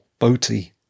boaty